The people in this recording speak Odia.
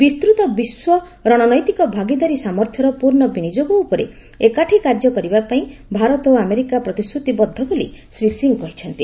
ବିସ୍ତୃତ ବିଶ୍ୱ ରଣନୈତିକ ଭାଗିଦାରୀ ସାମର୍ଥ୍ୟର ପୂର୍ଣ୍ଣ ବିନିଯୋଗ ଉପରେ ଏକାଠି କାର୍ଯ୍ୟ କରିବା ପାଇଁ ଭାରତ ଓ ଆମେରିକା ପ୍ରତିଶ୍ରତିବଦ୍ଧ ବୋଲି ଶ୍ରୀ ସିଂ କହିଛନ୍ତି